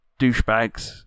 douchebags